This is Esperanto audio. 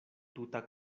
tuta